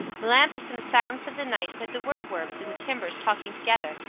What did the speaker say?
melampus in the silence of the night heard the woodworms in the timbers talking together,